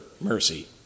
mercy